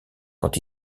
quand